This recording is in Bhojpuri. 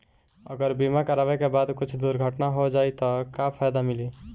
अगर बीमा करावे के बाद कुछ दुर्घटना हो जाई त का फायदा मिली?